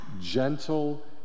gentle